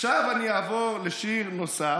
עכשיו אעבור לשיר נוסף,